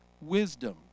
wisdom